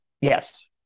Yes